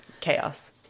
chaos